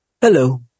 Hello